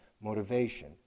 Motivation